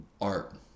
art